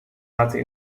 laten